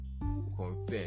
confirm